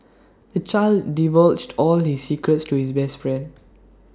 the child divulged all his secrets to his best friend